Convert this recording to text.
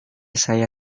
saya